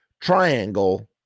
triangle